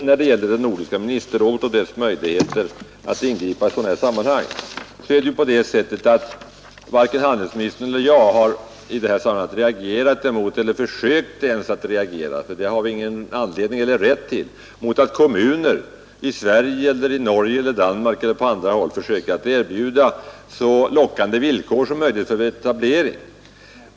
När det gäller det nordiska ministerrådets möjligheter att ingripa i sådana sammanhang som vi i dag behandlar har varken jag eller handelsministern reagerat eller ens försökt att reagera — vi har ingen anledning eller rätt därtill — mot att kommuner i Sverige, Norge, Danmark eller på andra håll försökt att erbjuda så lockande villkor som möjligt för etablering.